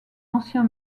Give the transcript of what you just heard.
ancien